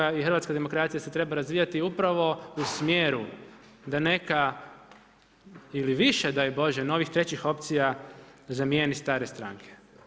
Hrvatska i hrvatska demokracija se treba razvijati upravo u smjeru da nema ili više daj Bože novih trećih opcija zamijeni stare stranke.